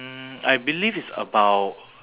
I myself I felt very touched lah because